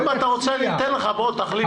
אני אתן לך, תחליף קצת.